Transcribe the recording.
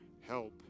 help